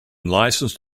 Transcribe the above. licensed